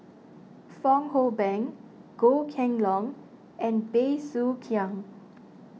Fong Hoe Beng Goh Kheng Long and Bey Soo Khiang